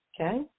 Okay